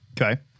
Okay